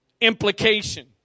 implication